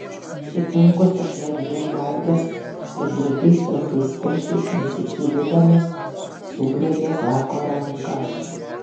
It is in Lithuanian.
sutinku sušnabždėjo maiklas ir drūtais trumpais pirštais nesigėdydamas sugriebė zako ranką